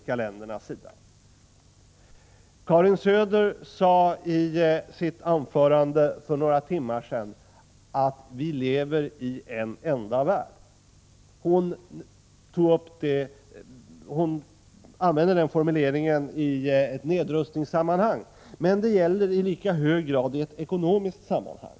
Karin Söder sade i sitt anförande för några timmar sedan att vi lever i en enda värld. Hon använde den formuleringen i ett nedrustningssammanhang, men den gäller i lika hög grad i ett ekonomisk sammanhang.